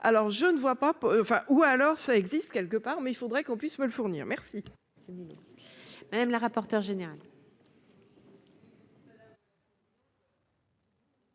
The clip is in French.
alors je ne vois pas enfin, ou alors ça existe quelque part, mais il faudrait qu'on puisse me le fournir merci. C'est madame la rapporteure générale.